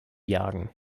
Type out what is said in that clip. jagen